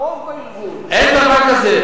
הרוב בארגון, אין דבר כזה.